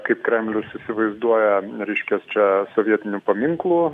kaip kremlius įsivaizduoja reiškia čia sovietinių paminklų